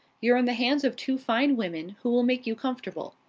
you're in the hands of two fine women, who will make you comfortable.